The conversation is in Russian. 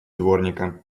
дворника